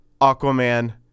Aquaman